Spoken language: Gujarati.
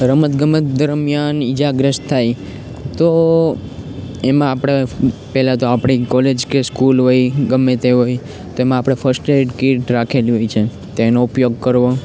રમત ગમત દરમિયાન ઈજાગ્રસ્ત થાય તો એમાં આપણે પહેલા તો આપણી કોલેજ કે સ્કૂલ હોય ગમે તે હોય તો એમાં આપણે ફર્સ્ટએડ કીટ રાખેલી હોય છે તો એનો ઉપયોગ કરવો